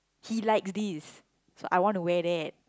he likes this so I wanna wear that